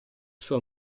sua